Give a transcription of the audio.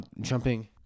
jumping